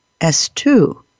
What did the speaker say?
S2